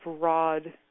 broad